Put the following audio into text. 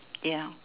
ya